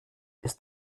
ist